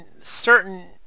certain